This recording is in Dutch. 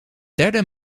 derde